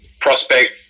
prospect